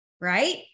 right